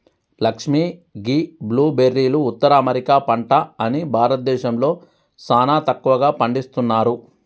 లక్ష్మీ గీ బ్లూ బెర్రీలు ఉత్తర అమెరికా పంట అని భారతదేశంలో సానా తక్కువగా పండిస్తున్నారు